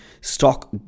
stock